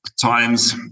times